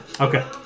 Okay